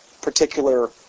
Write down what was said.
particular